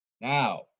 Now